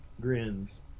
grins